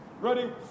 Ready